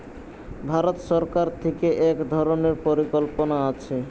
ভারত সরকার থিকে এক ধরণের পরিকল্পনা আছে